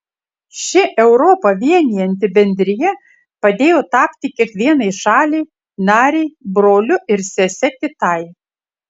ši europą vienijanti bendrija padėjo tapti kiekvienai šaliai narei broliu ir sese kitai